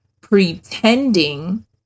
pretending